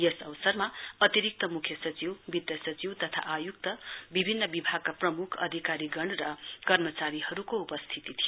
यस अवसरमा अतिरिक्त मुख्य सचिव वित्त सचिव तथा आय्क्त विभिन्न विभागका प्रमुख अधिकारीगण र कर्मचारीहरुको उपस्थिती थियो